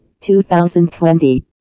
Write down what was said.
2020